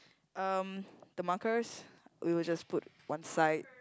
um the markers we will just put one side